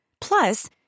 Plus